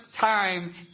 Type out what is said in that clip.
time